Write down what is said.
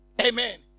Amen